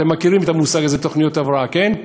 אתם מכירים את המושג הזה, תוכניות הבראה, כן?